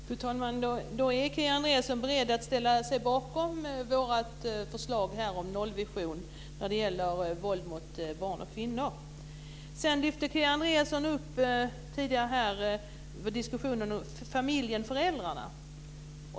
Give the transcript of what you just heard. Fru talman! Då är Kia Andreasson beredd att ställa sig bakom vårt förslag om en nollvision när det gäller våld mot barn och kvinnor. Kia Andreasson lyfte tidigare upp diskussionen om familjen och föräldrarna.